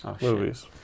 Movies